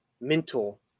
mental